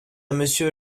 monsieur